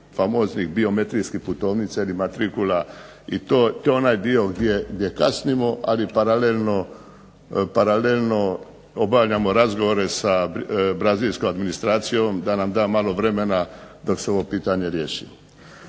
famoznih biometrijskih putovnica ili matrikula i to je onaj dio gdje kasnimo. Ali paralelno obavljamo razgovore sa brazilskom administracijom da nam da malo vremena dok se ovo pitanje riješi.